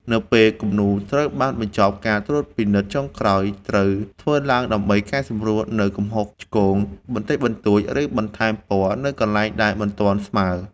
នៅពេលគំនូរត្រូវបានបញ្ចប់ ការត្រួតពិនិត្យចុងក្រោយត្រូវធ្វើឡើងដើម្បីកែសម្រួលនូវកំហុសឆ្គងបន្តិចបន្តួច ឬបន្ថែមពណ៌នៅកន្លែងដែលមិនទាន់ស្មើ។